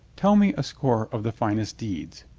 tell me a score of the finest deeds,